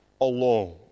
alone